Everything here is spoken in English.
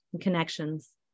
connections